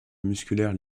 musculaires